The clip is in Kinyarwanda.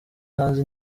hanze